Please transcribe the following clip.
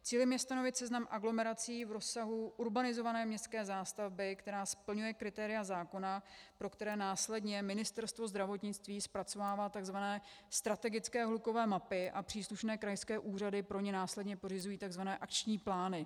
Cílem je stanovit seznam aglomerací v rozsahu urbanizované městské zástavby, která splňuje kritéria zákona, pro které následně Ministerstvo zdravotnictví zpracovává takzvané strategické hlukové mapy a příslušné krajské úřady pro ně následně pořizují takzvané akční plány.